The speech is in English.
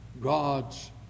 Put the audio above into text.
God's